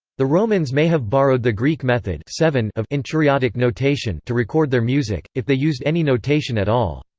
the romans may have borrowed the greek method seven of enchiriadic notation to record their music, if they used any notation at all.